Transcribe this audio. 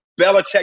Belichick